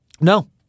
No